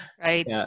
Right